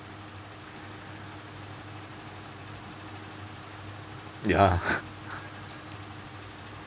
ya